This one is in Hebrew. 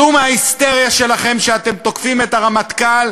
צאו מההיסטריה שלכם שאתם תוקפים את הרמטכ"ל,